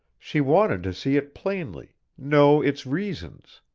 she wanted to see it plainly, know its reasons.